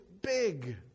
big